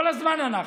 כל הזמן אנחנו,